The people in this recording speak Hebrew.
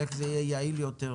איך זה יהיה יעיל יותר?